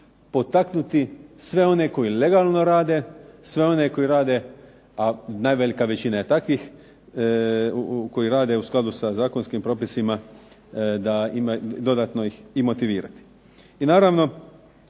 potaknuti sve one koji legalno rade, sve one koji rade a nevelika većina je takvih koji rade u skladu sa zakonskim propisima dodatno ih i motivirati. I naravno